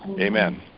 Amen